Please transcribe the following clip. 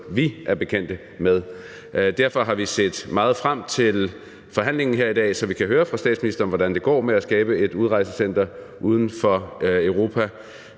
som vi er bekendt med. Derfor har vi set meget frem til forhandlingen her i dag, så vi kan høre statsministeren om, hvordan det går med at skabe et udrejsecenter uden for Europa.